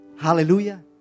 Hallelujah